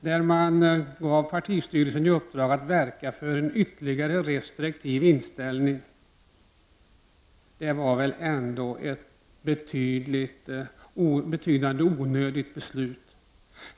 Där gav man partistyrelsen i uppdrag att verka för en ytterligare restriktiv inställning. Det var väl ändå ett alldeles onödigt beslut.